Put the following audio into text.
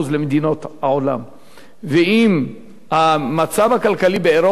הוא לפחות 80%. ואם המצב הכלכלי באירופה ימשיך להיות כך,